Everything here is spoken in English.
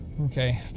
Okay